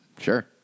Sure